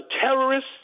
terrorists